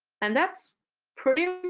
and that's pretty